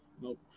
Nope